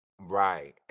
Right